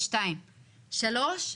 דבר שלישי,